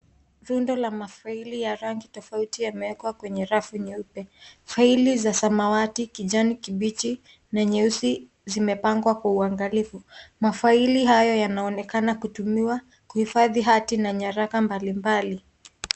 Runo la mafaili ya rangi tofauti yamewekwa kwenye rafu nyeupe. Faili za samawati, kijani, kibichi, na nyeusi zimepangwa kwa uangalivu. Mafaili hayo yanaonekana kutumiwa kuhifafhi hati na nyaraka mbali mbali.